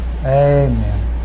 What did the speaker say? Amen